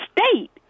state